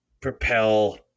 propel